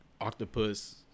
octopus